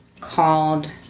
called